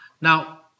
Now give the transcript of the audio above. Now